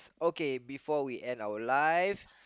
okay before we end our life